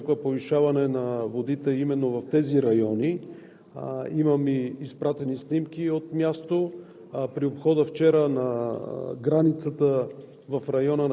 бяха такива, че за вчерашния и днешния ден се очаква повишаване на водите именно в тези райони. Имам и изпратени снимки от мястото,